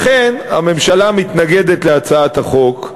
לכן הממשלה מתנגדת להצעת החוק,